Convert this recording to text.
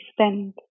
spend